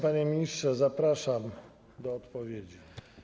Panie ministrze, zapraszam do odpowiedzi.